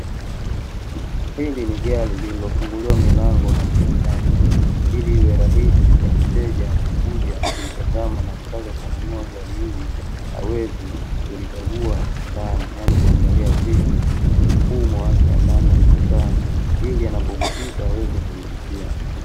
Hili ni gari lililofunguliwa milango na muuzaji, ili iwe rahisi kwa mteja anayekuja kulitazama na kutaka kununua, ili aweze kulikagua ndani na kuangalia vitu, mfumo wake wa ndani ulivyokaa ili anapovutika aweze kuvilipia.